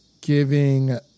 giving